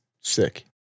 sick